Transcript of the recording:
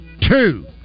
two